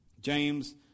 James